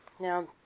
Now